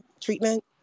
treatment